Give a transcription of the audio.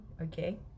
Okay